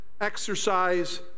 exercise